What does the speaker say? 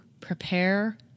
prepare